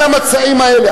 על המצעים האלה.